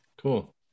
Cool